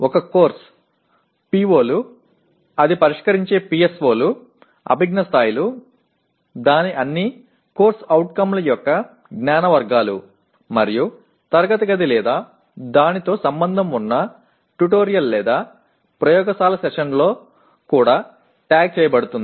ఒక course PO లు అది పరిష్కరించే PSO లు అభిజ్ఞా స్థాయిలు దాని అన్ని CO ల యొక్క జ్ఞాన వర్గాలు మరియు తరగతి గది లేదా దానితో సంబంధం ఉన్న ట్యుటోరియల్ లేదా ప్రయోగశాల సెషన్లతో కూడా ట్యాగ్ చేయబడుతుంది